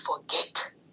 forget